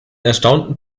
erstaunten